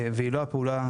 והיא לא פעולה,